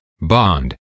bond